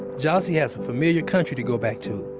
jassy has a familiar country to go back to.